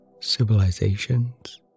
civilizations